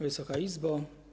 Wysoka Izbo!